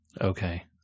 Okay